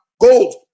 Gold